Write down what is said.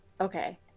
Okay